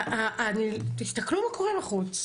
תסתכלו מה קורה בחוץ.